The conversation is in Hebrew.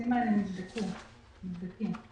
הנושאים האלה נבדקו ונבדקים.